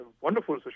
wonderful